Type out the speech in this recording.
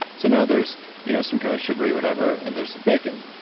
so now there's you know some kind of sugary whatever, and there's some bacon.